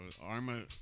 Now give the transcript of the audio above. Arma